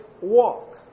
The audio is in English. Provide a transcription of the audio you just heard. walk